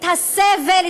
את הסבל,